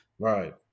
right